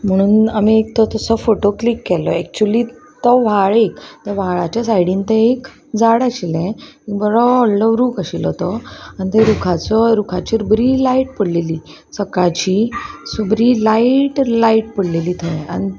म्हणून आमी एक तो तसो फोटो क्लीिक केल्लो एक्चुली तो व्हाळ एक त्या व्हाळाच्या सायडीन ते एक झाड आशिल्लें बरो व्हडलो रूख आशिल्लो तो आनी ते रुखाचो रुखाचेर बरी लायट पडलेली सकाळची सो बरी लायट लायट पडलेली थंय आनी